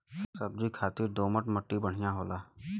सब्जी खातिर दोमट मट्टी बढ़िया होला